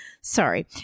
Sorry